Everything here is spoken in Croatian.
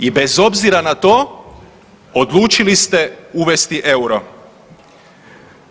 I bez obzira na to odlučili ste uvesti EUR-o.